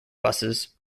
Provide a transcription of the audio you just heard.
buses